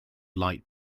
light